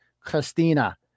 Christina